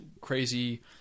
crazy